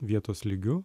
vietos lygiu